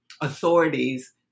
authorities